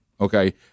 Okay